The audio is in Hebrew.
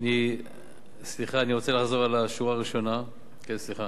סליחה, אני רוצה לחזור על השורה הראשונה: בשנים